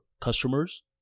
customers